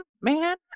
man